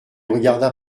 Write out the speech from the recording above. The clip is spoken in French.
regarda